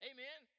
Amen